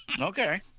Okay